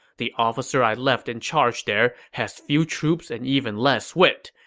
the officer i left in charge there has few troops and even less wit.